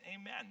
Amen